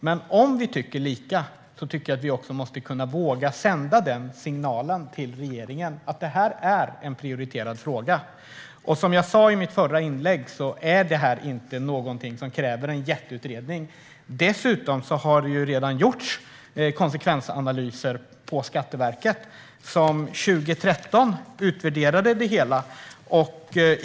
Men om vi tycker lika tycker jag att vi också ska våga sända en signal till regeringen om att detta är en prioriterad fråga. Som jag sa i mitt förra inlägg är detta inget som kräver en jätteutredning. Dessutom har det redan gjorts konsekvensanalyser på Skatteverket, som år 2013 utvärderade det hela.